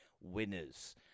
winners